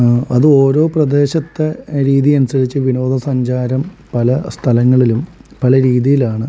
അത് ഓരോ പ്രദേശത്തെ രീതി അനുസരിച്ചു വിനോദസഞ്ചാരം പല സ്ഥലങ്ങളിലും പല രീതിയിലാണ്